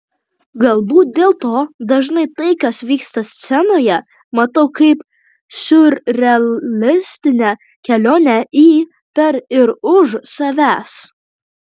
galbūt dėl to dažnai tai kas vyksta scenoje matau kaip siurrealistinę kelionę į per ir už savęs